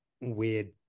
weird